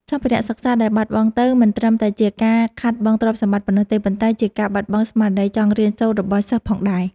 សម្ភារៈសិក្សាដែលបាត់បង់ទៅ មិនត្រឹមតែជាការខាតបង់ទ្រព្យសម្បត្តិប៉ុណ្ណោះទេ ប៉ុន្តែជាការបាត់បង់ស្មារតីចង់រៀនសូត្ររបស់សិស្សផងដែរ។